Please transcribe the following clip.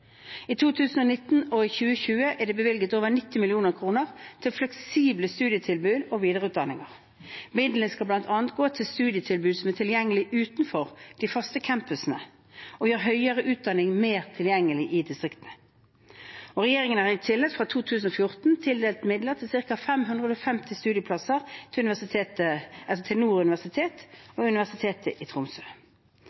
I 2019 og i 2020 er det bevilget over 90 mill. kr til fleksible studietilbud og videreutdanninger. Midlene skal bl.a. gå til studietilbud som er tilgjengelige utenfor de faste campusene, og jo høyere utdanning, jo mer tilgjengelig i distriktene. Regjeringen har i tillegg fra 2014 tildelt midler til ca. 550 studieplasser ved Nord universitet